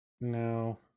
no